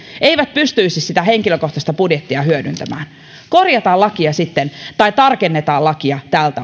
eivät pystyisi sitä henkilökohtaista budjettia hyödyntämään niin korjataan lakia sitten tai tarkennetaan lakia tältä